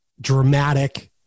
dramatic